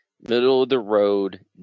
middle-of-the-road